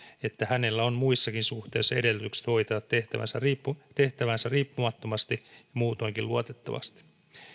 että hänellä on muissakin suhteissa edellytykset hoitaa tehtävänsä riippumattomasti ja muutoinkin luotettavasti